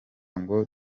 ngo